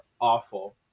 awful